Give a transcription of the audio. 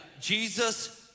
Jesus